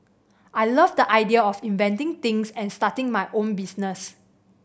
I love the idea of inventing things and starting my own business